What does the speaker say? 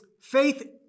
Faith